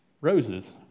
roses